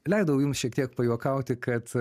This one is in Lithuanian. leidau jums šiek tiek pajuokauti kad